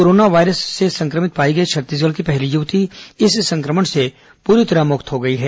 corona virus से संक्रभित पाई गई छत्तीसगढ़ की पहली यूवती इस संक्रमण से पूरी तरह मुक्त हो गई है